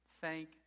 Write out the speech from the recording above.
Thank